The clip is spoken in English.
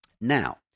Now